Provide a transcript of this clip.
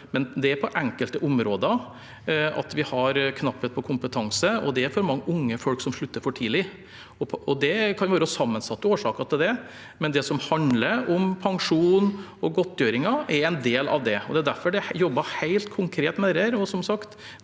– men på enkelte områder har vi knapphet på kompetanse, og det er for mange unge folk som slutter for tidlig. Det kan være sammensatte årsaker til det, men det som handler om pensjon og godtgjøringer, er en del av det, og det er derfor det er jobbet helt konkret med dette. Og som sagt: